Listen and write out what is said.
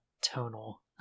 tonal